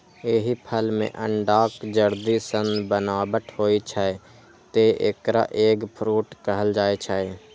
एहि फल मे अंडाक जर्दी सन बनावट होइ छै, तें एकरा एग फ्रूट कहल जाइ छै